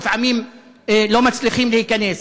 ולפעמים לא מצליחים להיכנס,